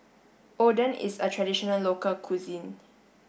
Oden is a traditional local cuisine